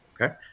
Okay